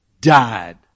died